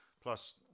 plus